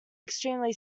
extremely